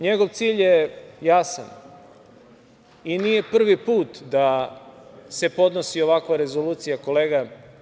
Njegov cilj je jasan i nije prvi put da se podnosi ovakva rezolucija, kolega.